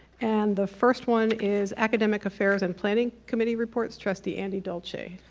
and the first one is academic affairs and planning committee reports, trustee andy dolce.